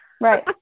Right